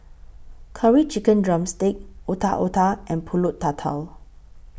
Curry Chicken Drumstick Otak Otak and Pulut Tatal